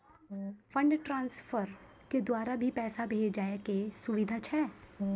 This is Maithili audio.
फंड ट्रांसफर के द्वारा भी पैसा भेजै के सुविधा छै?